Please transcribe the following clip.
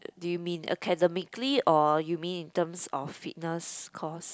do you mean academically or you mean in terms of fitness course